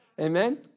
Amen